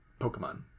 Pokemon